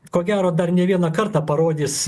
ko gero dar ne vieną kartą parodys